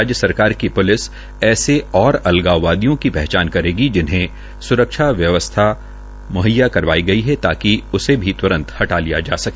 राज्य सरकार के प्लिस ऐसे और अलगाववादियों की पहचान करेगी जिन्हे स्रक्षा म्हैया करवाई गई है ताकि उसे भी त्रंत हटा लिया जाये